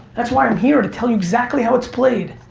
that's why i'm here, to tell you exactly how it's played.